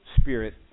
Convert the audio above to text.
Spirit